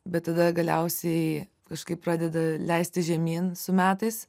bet tada galiausiai kažkaip pradeda leistis žemyn su metais